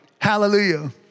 Hallelujah